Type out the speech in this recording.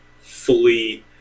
fully